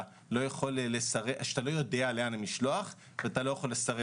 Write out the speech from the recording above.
לא יודע לאן המשלוח ושאתה לא יכול לו.